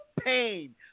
pain